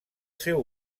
seu